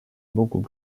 beaucoup